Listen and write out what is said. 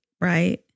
Right